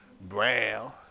Brown